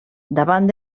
davant